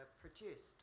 produced